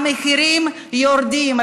המחירים יורדים,